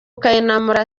kayinamura